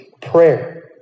prayer